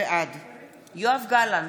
בעד יואב גלנט,